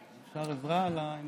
אפשר עזרה עם החברים שלי?